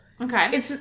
Okay